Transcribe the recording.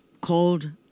Called